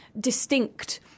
distinct